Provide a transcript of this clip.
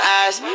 eyes